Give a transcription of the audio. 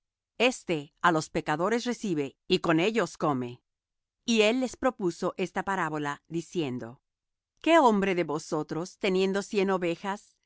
este á los pecadores recibe y con ellos come y él les propuso esta parábola diciendo qué hombre de vosotros teniendo cien ovejas